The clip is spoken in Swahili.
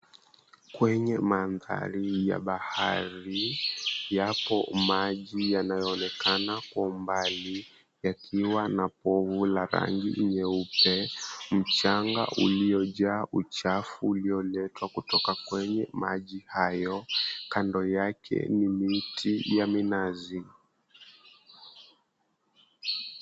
Kwenye mandhari ya bahari, yapo maji yanayoonekana kwa umbali, yakiwa na povu la rangi nyeupe. Mchanga uliojaa uchafu ulioletwa kutoka kwenye maji hayo. Kando yake ni miti ya minazi.